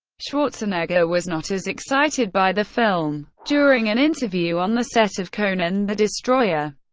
schwarzenegger was not as excited by the film during an interview on the set of conan the destroyer,